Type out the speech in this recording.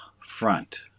front